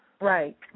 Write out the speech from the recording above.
Right